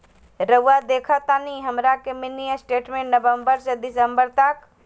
रहुआ देखतानी हमरा के मिनी स्टेटमेंट नवंबर से दिसंबर तक?